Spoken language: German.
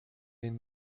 den